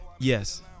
yes